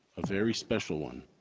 a very special one.